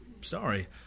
sorry